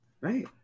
Right